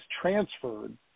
transferred